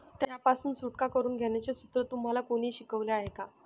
त्यापासून सुटका करून घेण्याचे सूत्र तुम्हाला कोणी शिकवले आहे का?